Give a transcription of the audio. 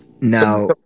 Now